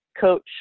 coach